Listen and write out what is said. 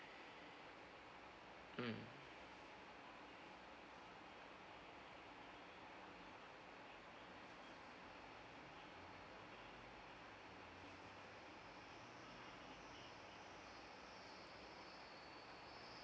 mm